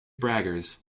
braggers